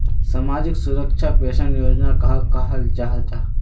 सामाजिक सुरक्षा पेंशन योजना कहाक कहाल जाहा जाहा?